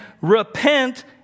Repent